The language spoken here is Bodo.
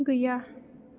गैया